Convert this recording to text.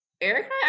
Eric